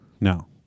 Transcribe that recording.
No